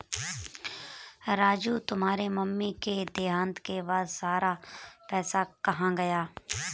राजू तुम्हारे मम्मी के देहांत के बाद सारा पैसा कहां गया?